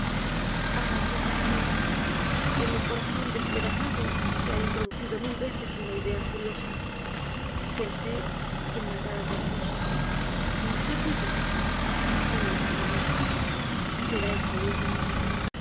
ay amada mia en mi corazón despedazado se ha introducido mil veces una idea furiosa pensé en matar á tu esposo en matarte á ti en matarme á mí será esto último